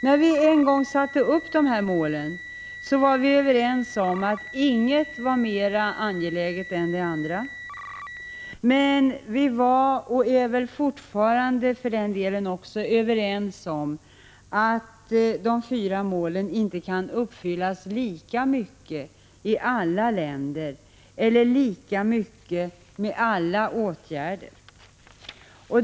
När vi en gång satte upp målen var vi överens om att inget var mera angeläget än de andra, men vi var också — och är väl fortfarande, för den delen — överens om att de fyra målen inte kan nås i alla länder eller med alla åtgärder.